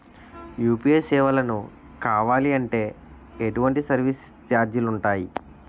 UPI సేవలను కావాలి అంటే ఎటువంటి సర్విస్ ఛార్జీలు ఉంటాయి?